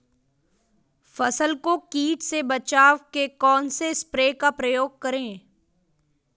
फसल को कीट से बचाव के कौनसे स्प्रे का प्रयोग करें?